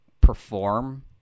perform